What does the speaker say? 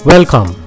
Welcome